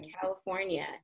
California